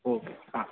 okay હા